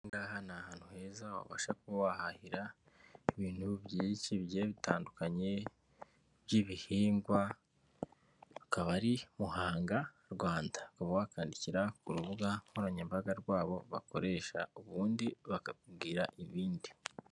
Aha ngaha ni ahantu heza wabasha kuba wahahira ibintu byinshi bitandukanye by'ibihingwa, akaba ari Muhanga Rwanda, ukaba wakwandikira urubuga nkoranyambaga rwabo bakoresha ubundi bakakubwira ibindi.